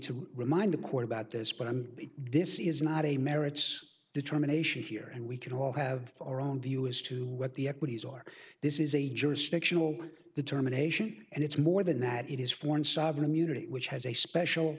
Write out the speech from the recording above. to remind the court about this but this is not a merits determination here and we can all have our own view as to what the equities are this is a jurisdictional determination and it's more than that it is foreign sovereign immunity which has a special